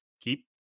keep